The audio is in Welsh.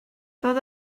doedd